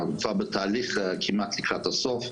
אנחנו כבר בתהליך כמעט לקראת הסוף.